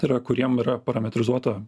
tai yra kuriem yra parametrizuota